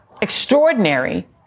extraordinary